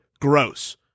gross